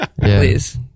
please